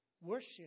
worship